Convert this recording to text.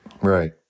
Right